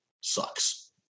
sucks